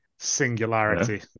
Singularity